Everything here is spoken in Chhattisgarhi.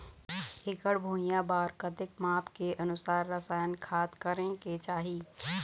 एकड़ भुइयां बार कतेक माप के अनुसार रसायन खाद करें के चाही?